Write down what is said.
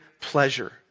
pleasure